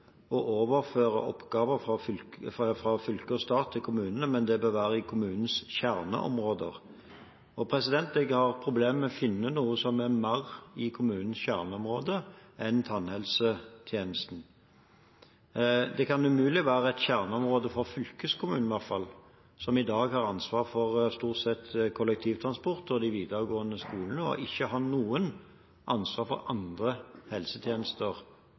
å overføre oppgaver fra fylke og stat til kommunene, men at det bør være i kommunenes kjerneområder. Jeg har problem med å finne noe som er mer i kommunenes kjerneområde enn tannhelsetjenesten. Det kan i hvert fall umulig være et kjerneområde for fylkeskommunen, som i dag stort sett har ansvar for kollektivtransport og de videregående skolene, og ikke har noe ansvar for andre helsetjenester